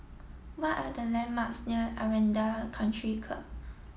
what are the landmarks near Aranda Country Club